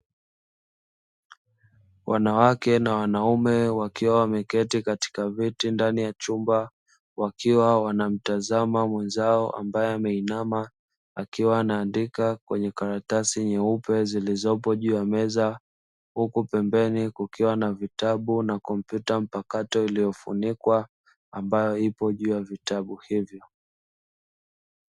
Wanawake na wanaume wakiwa wameketi katika viti ndani ya chumba, wakiwa wanamtazama mwenzao ambaye ameinama akiwa anaandika kwenye karatasi nyeupe zilizizopo juu ya meza; huku pembeni kukiwa na vitabu na kompyuta mpakato iliyofunikwa ambayo ipo juu ya vitabu hivyo.